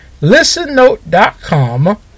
ListenNote.com